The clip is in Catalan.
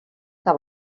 que